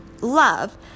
love